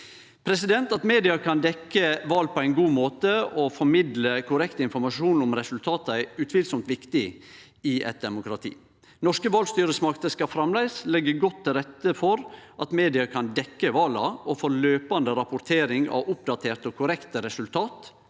At media kan dekkje val på ein god måte og formidle korrekt informasjon om resultata, er utvilsamt viktig i eit demokrati. Norske valstyresmakter skal framleis leggje godt til rette for at media kan dekkje vala, og for løpande rapportering av oppdaterte og korrekte resultat,